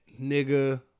nigga